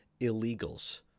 illegals